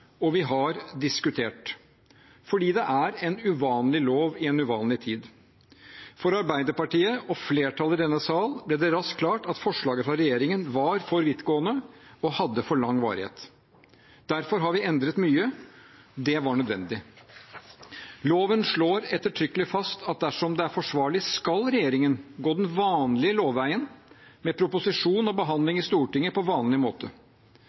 og for flertallet i denne salen, ble det raskt klart at forslaget fra regjeringen var for vidtgående og hadde for lang varighet. Derfor har vi endret mye. Det var nødvendig. Loven slår ettertrykkelig fast at dersom det er forsvarlig, skal regjeringen gå den vanlige lovveien med proposisjon og behandling i Stortinget på vanlig måte.